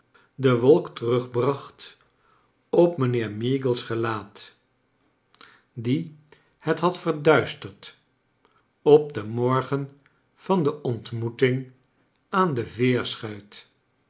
de wolk terugbracht op mijnheer meagle's gelaat die het had verduisterd op den morgen van de ontmoeting aan de veersohuit